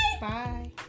Bye